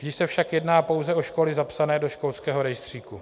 Vždy se však jedná pouze o školy zapsané do školského rejstříku.